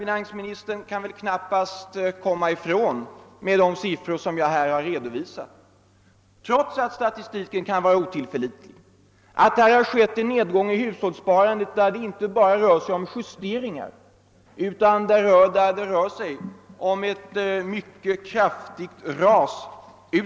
Finansministern kan väl knappast komma ifrån de siffror jag redovisat, trots att statistiken kan vara otillförlitlig. Det kan inte förnekas att det skett en nedgång av hushållssparandet varvid det inte bara rört sig om justeringar utan om ett mycket kraftigt ras.